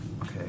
Okay